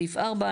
סעיף (4),